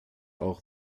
auch